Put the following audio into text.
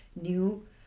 new